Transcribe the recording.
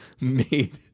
made